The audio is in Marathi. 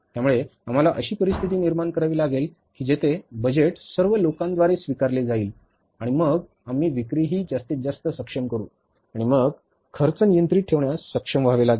त्यामुळे आम्हाला अशी परिस्थिती निर्माण करावी लागेल की जेथे बजेट सर्व लोकांद्वारे स्वीकारले जाईल आणि मग आम्ही विक्रीही जास्तीत जास्त सक्षम करू आणि मग आपण खर्च नियंत्रित ठेवण्यास सक्षम व्हावे